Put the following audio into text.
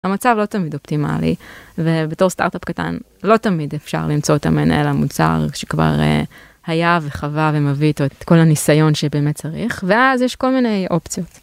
המצב לא תמיד אופטימלי ובתור סטארט-אפ קטן לא תמיד אפשר למצוא את המנהל המוצר שכבר היה וחווה ומביא איתו את כל הניסיון שבאמת צריך ואז יש כל מיני אופציות.